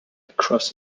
across